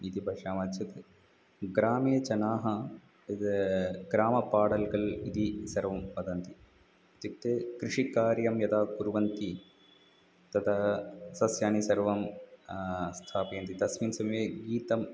इति पश्यामः चेत् ग्रामे जनाः इद् ग्रामपाडल्गल् इति सर्वं वदन्ति इत्युक्ते कृषिकार्यं यदा कुर्वन्ति तदा सस्यानि सर्वं स्थापयन्ति तस्मिन् समये गीतम्